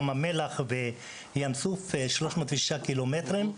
ים המלח וים סוף 309 ק"מ,